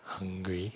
hungry